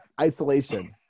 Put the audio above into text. isolation